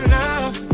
love